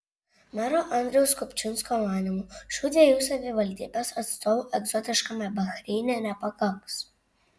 mero andriaus kupčinsko manymu šių dviejų savivaldybės atstovų egzotiškame bahreine nepakaks